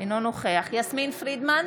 אינו נוכח יסמין פרידמן,